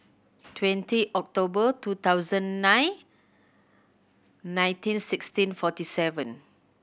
twenty October two thousand nine nineteen sixteen forty seven